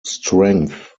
strength